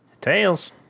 Tails